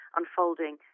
unfolding